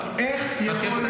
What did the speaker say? להגיב.